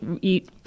Eat